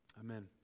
Amen